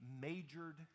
majored